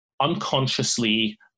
unconsciously